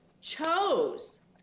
chose